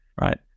right